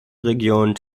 region